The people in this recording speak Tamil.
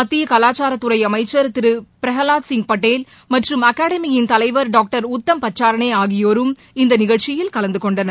மத்திய கலாச்சாரத்துறை அமைச்சன் திரு பிரகலாத்சிங் படேல் மற்றும் அகாடமியின் தலைவர் டாக்டர் உத்தம் பச்சார்னே ஆகியோரும் இந்த நிகழ்ச்சியில் கலந்து கொண்டனர்